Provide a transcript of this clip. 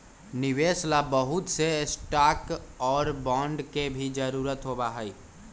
निवेश ला बहुत से स्टाक और बांड के भी जरूरत होबा हई